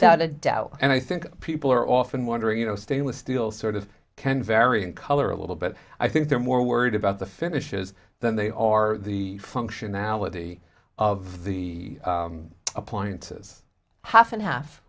thought a doubt and i think people are often wondering you know stainless steel sort of can vary in color a little bit i think they're more worried about the finishes than they are the functionality of the appliances half and half